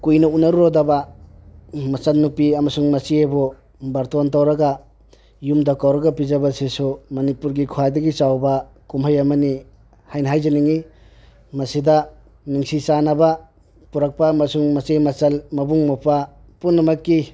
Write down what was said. ꯀꯨꯏꯅ ꯎꯅꯔꯨꯗ꯭ꯔꯕ ꯃꯆꯟꯅꯨꯄꯤ ꯑꯃꯁꯨꯡ ꯃꯆꯦꯕꯨ ꯕꯥꯔꯇꯣꯟ ꯇꯧꯔꯒ ꯌꯨꯝꯗ ꯀꯧꯔꯒ ꯄꯤꯖꯕꯁꯤꯁꯨ ꯃꯅꯤꯄꯨꯔꯒꯤ ꯈ꯭ꯋꯥꯏꯗꯒꯤ ꯆꯥꯎꯕ ꯀꯨꯝꯍꯩ ꯑꯃꯅꯤ ꯍꯥꯏꯅ ꯍꯥꯏꯖꯅꯤꯡꯏ ꯃꯁꯤꯗ ꯅꯨꯡꯁꯤ ꯆꯥꯟꯅꯕ ꯄꯣꯔꯛꯄ ꯑꯃꯁꯨꯡ ꯃꯆꯦ ꯃꯆꯜ ꯃꯕꯨꯡ ꯃꯧꯄꯥ ꯄꯨꯝꯅꯃꯛꯀꯤ